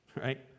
right